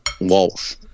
Walsh